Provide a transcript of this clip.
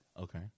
Okay